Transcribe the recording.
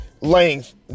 length